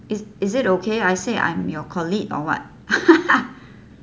is is it okay I say I'm your colleague or [what]